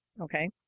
Okay